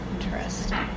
Interesting